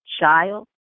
child